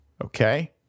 Okay